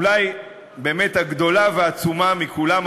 אולי באמת הגדולה והעצומה מכולן,